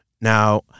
Now